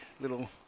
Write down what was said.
little